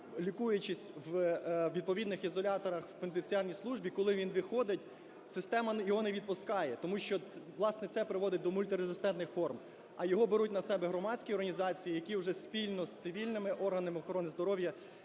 лікуючись у відповідних ізоляторах у пенітенціарній службі, коли він виходить, система його не відпускає, тому що, власне, це приводить до мультирезистентних форм, а його беруть на себе громадські організації, які вже спільно з цивільними органами охорони здоров'я